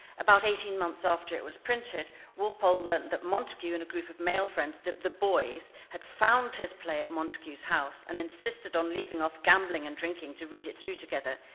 about eighteen months after it was printed, walpole learned that montagu and a group of male friends, the the boys, had found his play at montagu's house and insisted on leaving off gambling and drinking to read it through together.